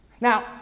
Now